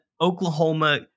Oklahoma